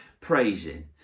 praising